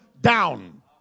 down